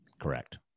Correct